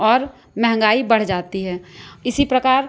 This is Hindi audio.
और महंगाई बढ़ जाती है इसी प्रकार